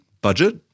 budget